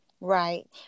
Right